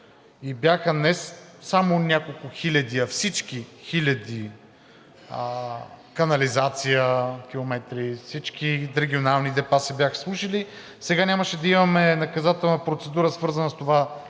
бяха не само няколко хиляди, а всички хиляди километри канализация, ако всички регионални депа се бяха случили, сега нямаше да имаме наказателна процедура, свързана с това,